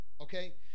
Okay